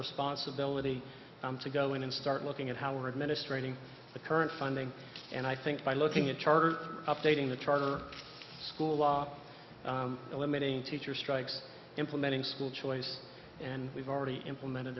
responsibility to go in and start looking at howard ministering the current funding and i think by looking at charter updating the charter school law eliminating teacher strikes implementing school choice and we've already implemented